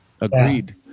Agreed